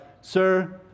Sir